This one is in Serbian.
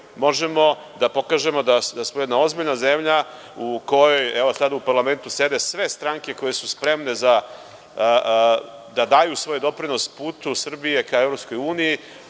možemo da pokažemo da smo jedna ozbiljna zemlja u kojoj, evo sada u parlamentu sede sve stranke koje su spremne da daju svoj doprinos putu Srbije ka EU, na ovaj način